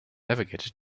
navigated